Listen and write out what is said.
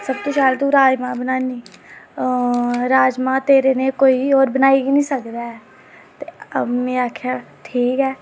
सबतूं जैदा तू राजमांह् बनान्नी राजमांह् तेरे नेह् कोई होर बनाई निं सकदा ऐ ते में आखेआ ठीक ऐ